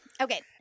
Okay